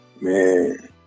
Man